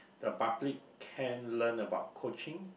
the public can learn about coaching